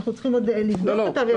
אנחנו צריכים לבדוק אותה.